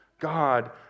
God